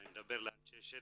אני מדבר על אנשי השטח,